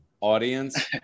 Audience